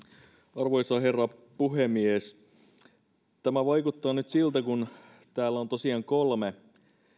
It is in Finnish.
arvoisa herra puhemies tämä vaikuttaa nyt siltä kun täällä on tosiaan kolme